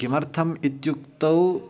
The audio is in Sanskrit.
किमर्थम् इत्युक्तौ